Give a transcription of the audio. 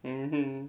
mmhmm